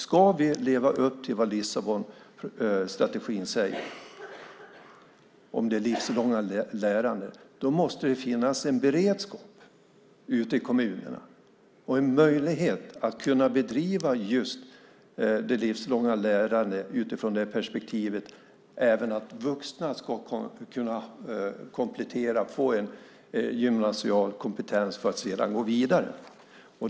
Ska vi leva upp till vad som sägs i Lissabonstrategin om det livslånga lärandet måste det finnas en beredskap ute i kommunerna och en möjlighet att bedriva just det livslånga lärandet utifrån ett perspektiv att även vuxna ska kunna komplettera sin utbildning och få en gymnasial kompetens för att sedan gå vidare.